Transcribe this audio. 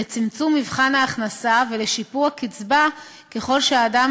לצמצום מבחן ההכנסה ולשיפור הקצבה ככל שהאדם